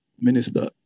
Minister